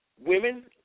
Women